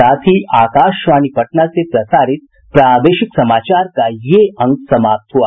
इसके साथ ही आकाशवाणी पटना से प्रसारित प्रादेशिक समाचार का ये अंक समाप्त हुआ